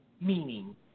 meaning